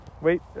Wait